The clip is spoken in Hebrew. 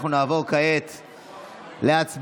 אנחנו נעבור כעת להצבעות.